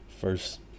first